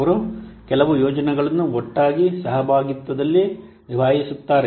ಅವರು ಕೆಲವು ಯೋಜನೆಗಳನ್ನು ಒಟ್ಟಾಗಿ ಸಹಭಾಗಿತ್ವದಲ್ಲಿ ನಿಭಾಯಿಸುತ್ತಾರೆ